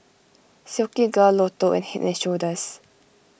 Silkygirl Lotto and Head and Shoulders